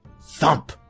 Thump